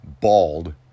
bald